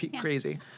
crazy